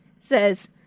says